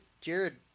Jared